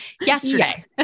yesterday